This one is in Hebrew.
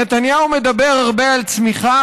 נתניהו מדבר הרבה על צמיחה,